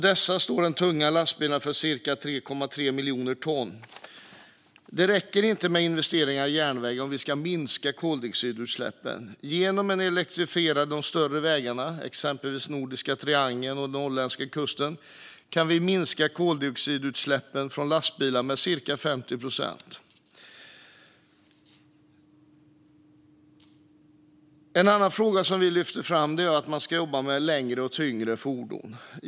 De tunga lastbilarna står för cirka 3,3 miljoner ton av dessa. Det räcker inte med investeringar i järnväg om vi ska minska koldioxidutsläppen. Genom att elektrifiera de större vägarna, exempelvis Nordiska triangeln och Norrlandskusten, kan vi minska koldioxidutsläppen från lastbilar med cirka 50 procent. En annan fråga som vi lyfter fram är att man ska jobba med längre och tyngre fordon.